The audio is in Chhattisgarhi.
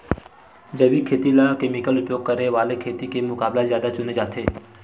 जैविक खेती ला केमिकल उपयोग करे वाले खेती के मुकाबला ज्यादा चुने जाते